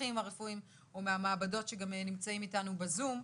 המומחים הרפואיים או מהמעבדות שגם נמצאים איתנו בזום.